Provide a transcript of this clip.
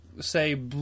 Say